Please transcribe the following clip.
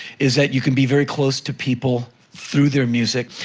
is that you can be very close to people through their music.